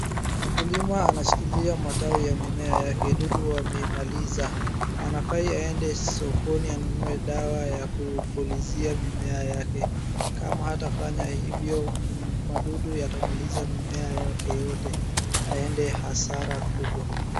Mkulima anashikilia matawi ya mimea yake, dudu wameimaliza. Anafaa aende sokoni anunue dawa ya kupulizia mimea yake. Kama hata fanya hivyo, wadudu yatamaliza mimea yake yote aende hasara kubwa.